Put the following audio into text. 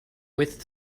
with